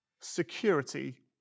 security